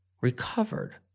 recovered